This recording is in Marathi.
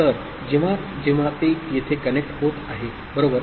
तर जेव्हा जेव्हा ते येथे कनेक्ट होत आहे बरोबर